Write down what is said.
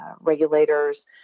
regulators